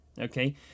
okay